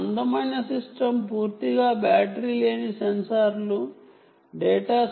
ఇది పూర్తిగా బ్యాటరీ లేని ఒక అందమైన సిస్టమ్